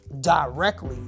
directly